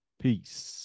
peace